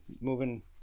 moving